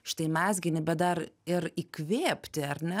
štai mezginį bet dar ir įkvėpti ar ne